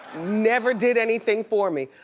never did anything for me.